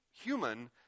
human